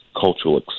cultural